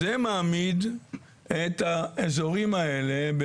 זה מעמיד את האזורים האלה,